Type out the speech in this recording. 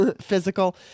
physical